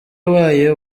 wayo